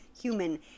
human